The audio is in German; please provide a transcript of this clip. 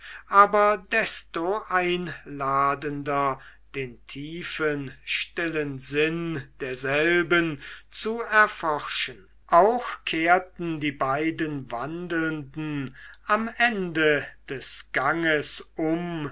aber desto einladender den tiefen stillen sinn derselben zu erforschen auch kehrten die beiden wandelnden am ende des ganges um